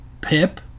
Pip